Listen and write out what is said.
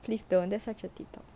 please don't that's such a deep topic